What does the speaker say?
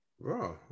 Wow